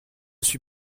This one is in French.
suis